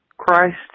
Christ